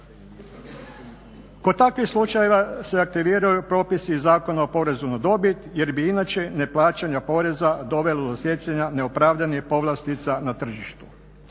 Kod takvih slučajeva se aktiviraju propisi Zakona o porezu na dobit jer bi inače neplaćanje poreza dovelo … neopravdanih povlastica na tržištu.